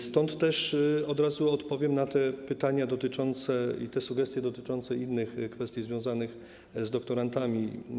Stąd też od razu odpowiem na te pytania i te sugestie dotyczące innych kwestii związanych z doktorantami.